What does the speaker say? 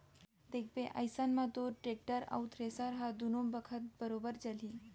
देखबे अइसन म तोर टेक्टर अउ थेरेसर ह दुनों बखत बरोबर चलही